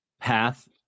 path